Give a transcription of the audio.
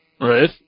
Right